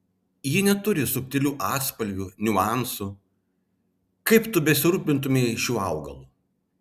ji neturi subtilių atspalvių niuansų kaip tu besirūpintumei šiuo augalu